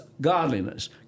godliness